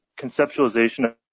conceptualization